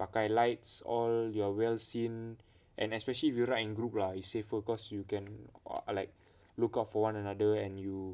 pakai lights all you are well seen and especially if you ride in group lah is safer cause you can or like look out for one another and you